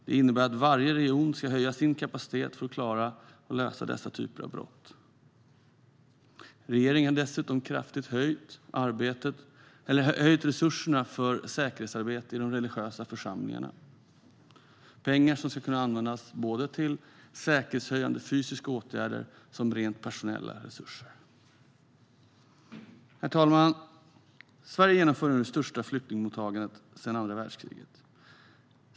Det innebär att varje region ska höja sin kapacitet för att klara att lösa dessa typer av brott. Regeringen har dessutom kraftigt höjt resurserna för säkerhetsarbete inom de religiösa församlingarna. Det är pengar som ska kunna användas till såväl säkerhetshöjande fysiska åtgärder som rent personella resurser. Herr talman! Sverige genomför nu det största flyktingmottagandet sedan andra världskriget.